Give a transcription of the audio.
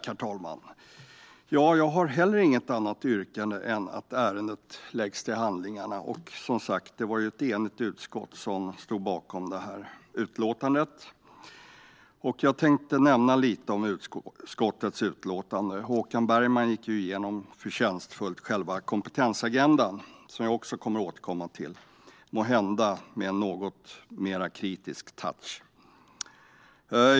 Herr talman! Jag har inte heller något annat yrkande än att ärendet läggs till handlingarna. Det var, som sagt, ett enigt utskott som ställde sig bakom detta utlåtande. Ny kompetensagenda för Europa Jag tänkte nämna lite grann om utskottets utlåtande. Håkan Bergman gick på ett förtjänstfullt sätt igenom själva kompetensagendan. Jag kommer att återkomma till den, måhända med en något mer kritisk touch.